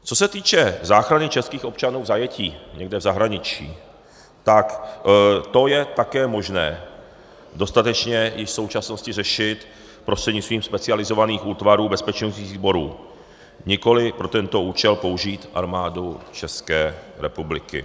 Co se týče záchrany českých občanů v zajetí někde v zahraničí, tak to je také možné dostatečně již v současnosti řešit prostřednictvím specializovaných útvarů bezpečnostních sborů, nikoli pro tento účel použít Armádu České republiky.